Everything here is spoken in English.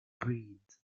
breed